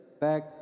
back